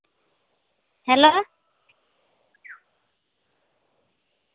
hello